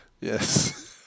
Yes